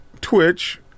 Twitch